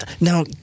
Now